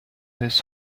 his